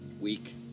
week